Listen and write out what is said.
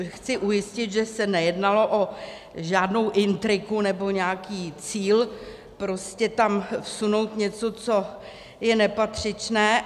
Chci ujistit, že se nejednalo o žádnou intriku nebo nějaký cíl prostě tam vsunout něco, co je nepatřičné.